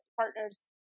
partners